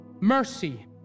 mercy